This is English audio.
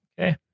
okay